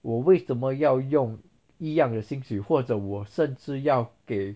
我为什么要用一样的薪水或者我甚至要给